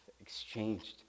exchanged